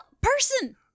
person